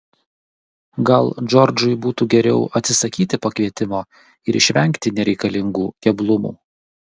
gal džordžui būtų geriau atsisakyti pakvietimo ir išvengti nereikalingų keblumų